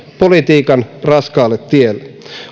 politiikan raskaalle tielle